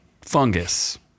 fungus